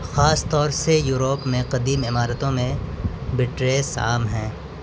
خاص طور سے یوروپ میں قدیم عمارتوں میں بٹریس عام ہیں